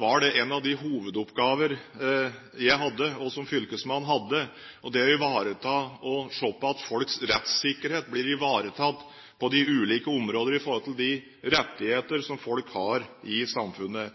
var en av de hovedoppgaver jeg hadde, å se til at folks rettssikkerhet ble ivaretatt på ulike områder i forhold til de rettigheter som folk har i samfunnet.